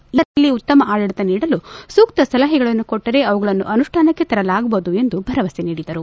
ಇಂತಹ ಸಂದರ್ಭದಲ್ಲಿ ಉತ್ತಮ ಆಡಳಿತ ನೀಡಲು ಸೂಕ್ತ ಸಲಹೆಗಳನ್ನು ಕೊಟ್ಟರೆ ಅವುಗಳನ್ನು ಅನುಷ್ಠಾನಕ್ಕೆ ತರಲಾಗುವುದು ಎಂದು ಭರವಸೆ ನೀಡಿದರು